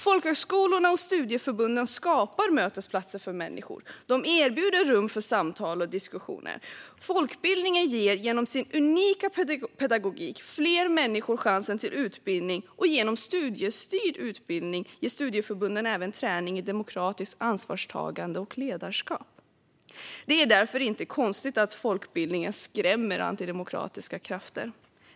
Folkhögskolorna och studieförbunden skapar mötesplatser för människor och erbjuder rum för samtal och diskussioner. Folkbildningen ger genom sin unika pedagogik fler människor chansen till utbildning, och genom studiestyrd utbildning ger studieförbunden även träning i demokratiskt ansvarstagande och ledarskap. Det är därför inte konstigt att folkbildningen skrämmer antidemokratiska krafter.